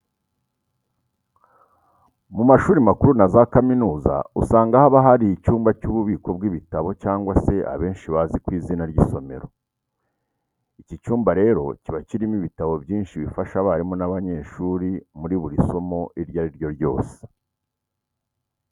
Mu mashuri makuru na za kaminuza usanga haba hari icyumba cy'ububiko bw'ibitabo cyangwa se abenshi bazi ku izina ry'isomero. Iki cyumba rero kiba kirimo ibitabo byinshi bifasha abarimu n'abanyeshuri muri buri somo iryo ari ryo ryose.